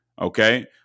Okay